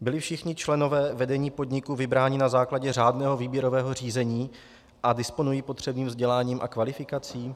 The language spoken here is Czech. Byli všichni členové vedení podniku vybráni na základě řádného výběrového řízení a disponují potřebným vzděláním a kvalifikací?